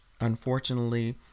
Unfortunately